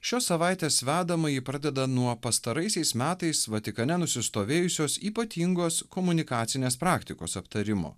šios savaitės vedamąjį pradeda nuo pastaraisiais metais vatikane nusistovėjusios ypatingos komunikacinės praktikos aptarimo